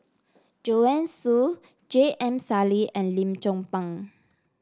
Joanne Soo J M Sali and Lim Chong Pang